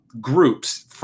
groups